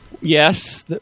Yes